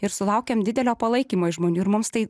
ir sulaukėm didelio palaikymo iš žmonių ir mums tai